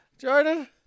Jordan